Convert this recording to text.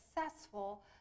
successful